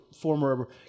former